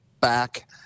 back